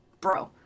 bro